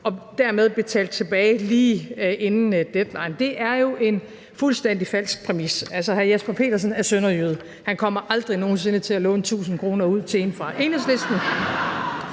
og dermed betalte tilbage lige inden deadline. Det er jo en fuldstændig falsk præmis. Altså, hr. Jesper Petersen er sønderjyde, og han kommer aldrig nogen sinde til at låne 1.000 kr. ud til en fra Enhedslisten,